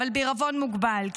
אבל בעירבון מוגבל.